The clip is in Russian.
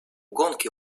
гонки